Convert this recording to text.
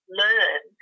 learn